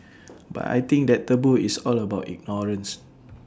but I think that taboo is all about ignorance